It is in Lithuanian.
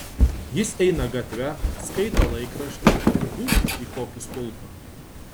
jis eina gatve skaito laikraštį ir būbt į kokį stulpą